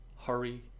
hurry